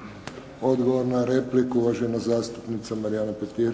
(HSS)** Odgovor na repliku, uvažena zastupnica Marijana Petir.